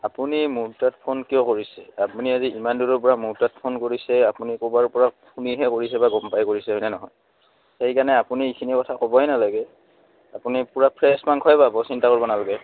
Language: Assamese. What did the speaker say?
আপুনি মোৰ তাত ফোন কিয় কৰিছে আপুনি আজি ইমান দূৰৰপৰা মোৰ তাত ফোন কৰিছে আপুনি ক'ৰবাৰ পৰা শুনিহে কৰিছে বা গম পাই কৰিছে হয়নে নহয় সেইকাৰণে আপুনি এইখিনি কথা ক'বই নালাগে আপুনি পূৰা ফ্ৰেছ মাংসই পাব চিন্তা কৰব নালগে